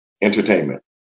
entertainment